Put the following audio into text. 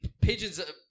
pigeons